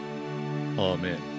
Amen